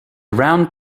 round